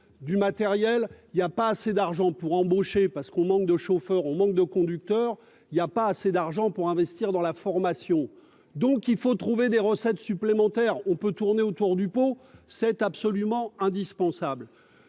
du matériel, pas assez d'argent pour embaucher- on manque de chauffeurs et de conducteurs -, pas assez d'argent pour investir dans la formation. Il faut donc trouver des recettes supplémentaires. On peut tourner autour du pot, mais c'est absolument indispensable.